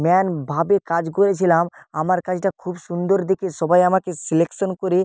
ম্যানভাবে কাজ করেছিলাম আমার কাজটা খুব সুন্দর দেখে সবাই আমাকে সিলেকশন করে